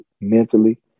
mentally